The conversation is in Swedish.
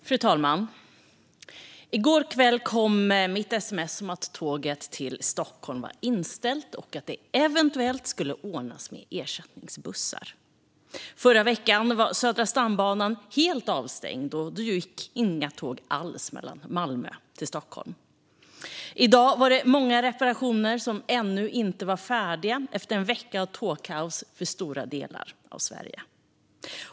Fru talman! I går kväll kom ett sms om att tåget till Stockholm var inställt och att det eventuellt skulle ordnas med ersättningsbussar. Förra veckan var Södra stambanan helt avstängd, och då gick inga tåg alls mellan Malmö och Stockholm. I dag var det många reparationer som ännu inte var färdiga efter en vecka av tågkaos för stora delar av Sverige.